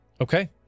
Okay